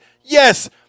Yes